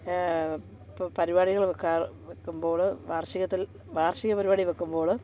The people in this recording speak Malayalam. ഇപ്പം പരിപാടികളക്കെ വെക്കുമ്പോൾ വാർഷികത്തിൽ വാർഷിക പരിപാടി വെക്കുമ്പോൾ